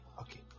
okay